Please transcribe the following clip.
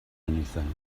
anything